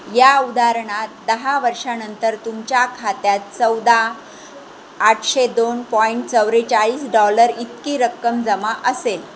या उदाहरणात दहा वर्षानंतर तुमच्या खात्यात चौदा आठशे दोन पॉईइंट चौव्वेचाळीस डॉलर इतकी रक्कम जमा असेल